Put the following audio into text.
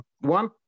one